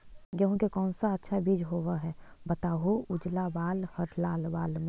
गेहूं के कौन सा अच्छा बीज होव है बताहू, उजला बाल हरलाल बाल में?